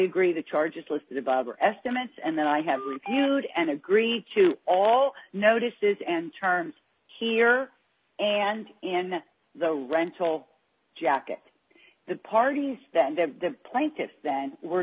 agree the charges listed above are estimates and then i have reviewed and agree to all notices and terms here and in the rental jacket the parties the plaintiffs then were